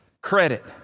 credit